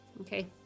Okay